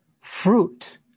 fruit